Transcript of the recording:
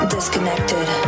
Disconnected